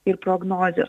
ir prognozių